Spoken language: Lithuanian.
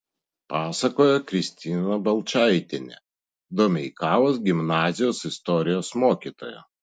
pasakoja kristina balčaitienė domeikavos gimnazijos istorijos mokytoja